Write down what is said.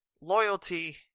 loyalty